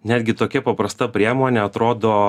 netgi tokia paprasta priemonė atrodo